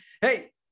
Hey